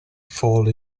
fall